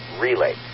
relay